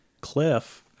cliff